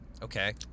Okay